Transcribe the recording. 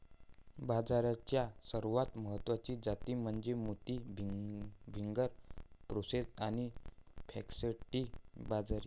बाजरीच्या सर्वात महत्वाच्या जाती म्हणजे मोती, फिंगर, प्रोसो आणि फॉक्सटेल बाजरी